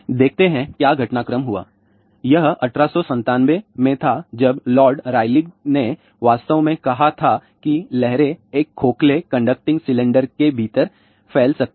देखते हैं क्या घटनाक्रम हुआ यह 1897 में था जब लार्ड रायलीघ ने वास्तव में कहा था कि लहरें एक खोखले होलो कंडक्टिंग सिलेंडर के भीतर फैल सकती हैं